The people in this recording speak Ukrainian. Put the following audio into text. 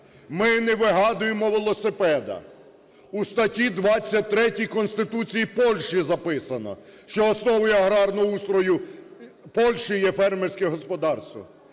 Ми не вигадуємо велосипеда. У статті 23 Конституції Польщі записано, що основною аграрного устрою Польщі є фермерське господарство.